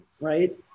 right